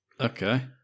okay